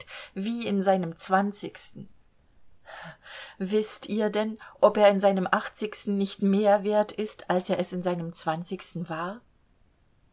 wie in seinem zwanzigsten wißt ihr denn ob er in seinem achtzigsten nicht mehr wert ist als er es in seinem zwanzigsten war